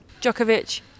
Djokovic